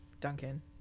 Duncan